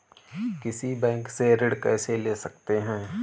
किसी बैंक से ऋण कैसे ले सकते हैं?